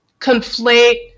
conflate